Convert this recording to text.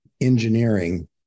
engineering